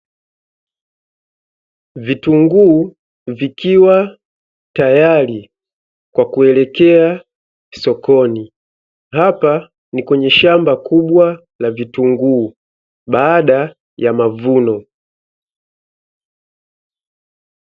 Vitunguu vikiwa tayari kwa kuelekea shambani apa ni baada ya mavuno